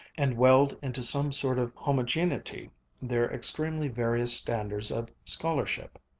and weld into some sort of homegeneity their extremely various standards of scholarship.